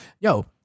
Yo